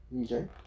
Okay